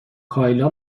کایلا